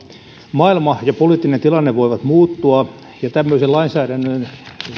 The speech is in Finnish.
maailma ja poliittinen tilanne voivat muuttua ja tämmöisen lainsäädännön